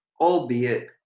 Albeit